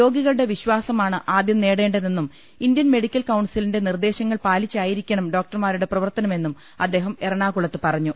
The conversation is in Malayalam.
രോഗികളുടെ വിശ്വാസമാണ് ആദ്യം നേടേണ്ടതെന്നും ഇന്ത്യൻ മെഡിക്കൽ കൌൺസി ലിന്റെ നിർദ്ദേശങ്ങൾ പാലിച്ചായിരിക്കണം ഡോക്ടർമാരുടെ പ്രവർത്തനമെന്നും അദ്ദേഹം എറണാകുളത്ത് പറഞ്ഞു